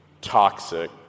toxic